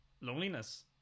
loneliness